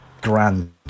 grand